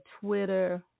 twitter